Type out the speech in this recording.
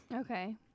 Okay